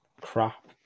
crap